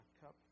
cup